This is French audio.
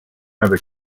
avec